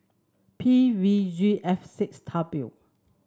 P V G F six W